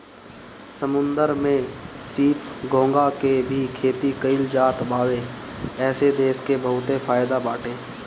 समुंदर में सीप, घोंघा के भी खेती कईल जात बावे एसे देश के बहुते फायदा बाटे